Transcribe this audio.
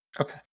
okay